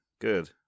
good